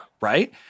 Right